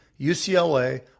ucla